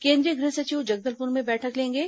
केन्द्रीय गृह सचिव जगदलपुर में बैठक लेंगे